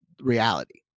reality